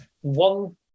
One